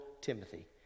Timothy